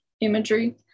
imagery